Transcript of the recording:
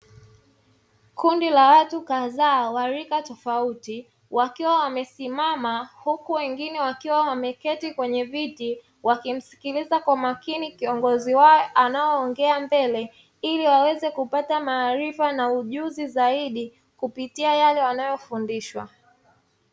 Kundi la watu kadhaa wa rika tofauti, wakiwa wamesimama huku wengine wakiwa wameketi kwenye viti, wakimsikiliza kwa makini kiongozi wao anaeongea mbele, ili waweze kupata maarifa na ujuzi zaidi kupitia yale wanayofundishwa.